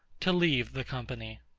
to leave the company.